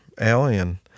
Alien